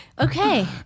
Okay